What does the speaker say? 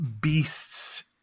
beasts